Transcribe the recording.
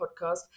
podcast